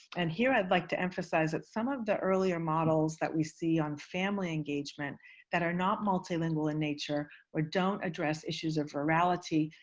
and here, i'd like to emphasize that some of the earlier models that we see on family engagement that are not multilingual in nature or don't address issues of rurality,